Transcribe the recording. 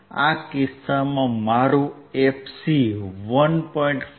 આ કિસ્સામાં મારું fc 1